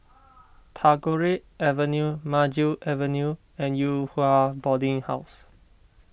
Tagore Avenue Maju Avenue and Yew Hua Boarding House